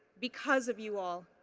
because of you all.